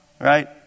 right